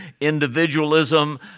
individualism